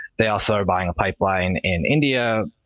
they also are buying a pipeline in india.